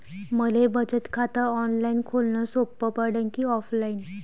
मले बचत खात ऑनलाईन खोलन सोपं पडन की ऑफलाईन?